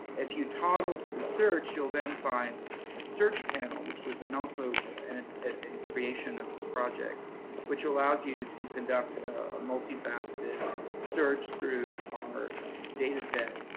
if you toggle to the search, you'll then find a search panel, which was also and and a creation of this project which allows you to conduct a multi-faceted search through our data set,